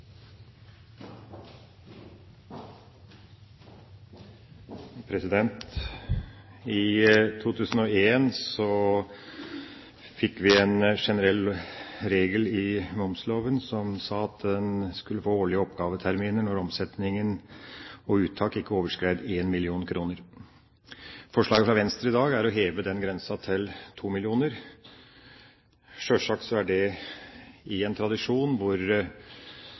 I 2001 fikk vi en generell regel i momsloven som sa at en skulle få årlige oppgaveterminer når omsetning og uttak ikke overskred 1 mill. kr. Forslaget fra Venstre i dag er å heve denne grensen til 2 mill. kr. Sjølsagt er det i en tradisjon hvor